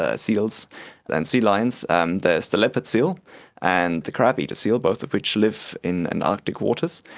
ah seals and sea lions, um there's the leopard seal and the crabeater seal, both of which live in and arctic waters,